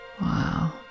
Wow